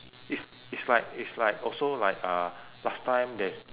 is is like is like also like uh last time there's